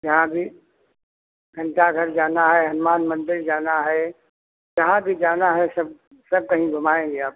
जहाँ भी घंटाघर जाना है हनुमान मंदिर जाना है जहाँ भी जाना है सब सब कहीं घुमाएंगे आपको